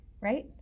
right